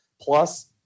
Plus